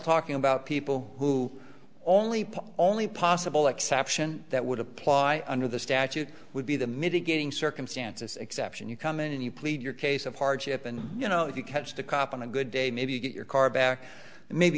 talking about people who only only possible exception that would apply under the statute would be the mitigating circumstances exception you come in and you plead your case of hardship and you know if you catch the cop on a good day maybe you get your car back and maybe